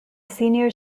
senior